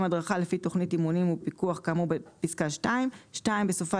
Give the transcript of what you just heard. הדרכה לפי תוכנית אימונים ופיקוח כאמור בפסקה (2)"; בסופה